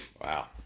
Wow